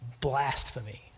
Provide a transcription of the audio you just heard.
Blasphemy